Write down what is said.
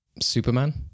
Superman